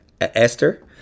Esther